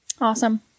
Awesome